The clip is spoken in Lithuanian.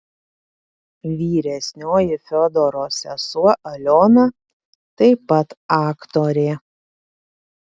vyresnioji fiodoro sesuo aliona taip pat aktorė